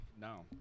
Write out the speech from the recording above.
No